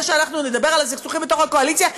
שאנחנו נדבר על הסכסוכים בתוך הקואליציה,